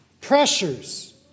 pressures